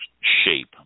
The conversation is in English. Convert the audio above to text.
shape